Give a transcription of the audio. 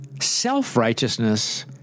Self-righteousness